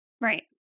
Right